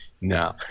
no